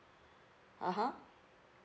(uh huh)